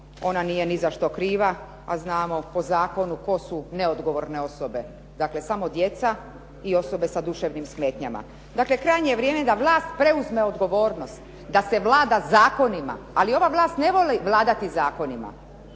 ona nije ni za što kriva a znamo po zakonu tko su neodgovorne osobe, dakle samo djeca i osobe sa duševnim smetnjama. Dakle, krajnje je vrijeme da vlast preuzme odgovornost da se vlada zakonima, ali ova vlast ne voli vladati zakonima,